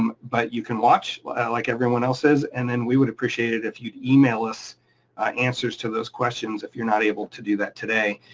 um but you can watch like everyone else is, and then we would appreciate it if you email us answers to those questions, if you're not able to do that today,